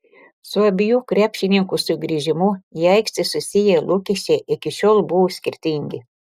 su abiejų krepšininkų sugrįžimu į aikštę susiję lūkesčiai iki šiol buvo skirtingi